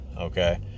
Okay